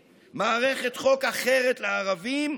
מערכת חוק אחת ליהודים, מערכת חוק אחרת לערבים,